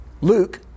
Luke